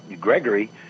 Gregory